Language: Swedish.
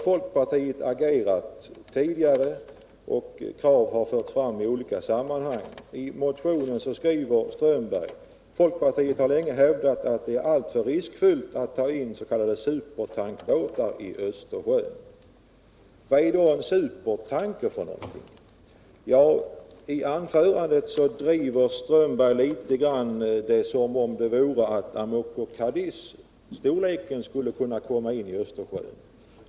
Folkpartiet har agerat tidigare därvidlag och krav har framförts i olika sammanhang. I motionen skriver herr Strömberg och hans medmotionär: ”Folkpartiet har länge hävdat att det är alltför riskfyllt att ta in s.k. supertankbåtar i Östersjön.” Vad är då en supertanker för någonting? I anförandet lät det på herr Strömberg ungefär som om fartyg av Amoco Cadiz storlek skulle kunna komma in i Östersjön.